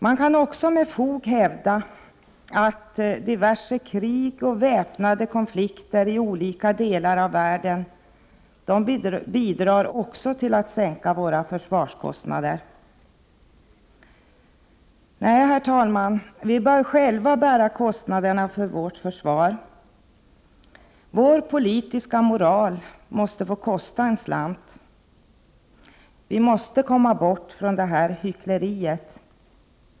Man kan också med fog hävda att diverse krig och väpnade konflikter i olika delar av världen bidrar till att sänka våra försvarskostnader. Herr talman! Vi bör själva bära kostnaderna för vårt försvar. Vår politiska moral måste få kosta en slant. Vi måste komma bort från hyckleriet.